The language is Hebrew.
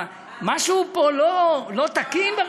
משהו פה לא תקין, כבר